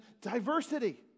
diversity